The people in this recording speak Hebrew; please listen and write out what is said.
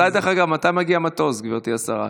דרך אגב, מתי מגיע המטוס, גברתי השרה?